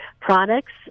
products